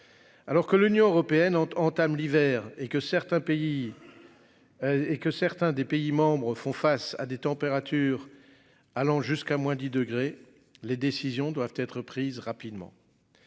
Alors que l'Union européenne entame l'hiver et que certains pays. Et que certains des pays membres font face à des températures allant jusqu'à moins 10 degrés. Les décisions doivent être prises rapidement.